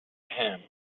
him